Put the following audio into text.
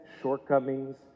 shortcomings